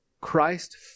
Christ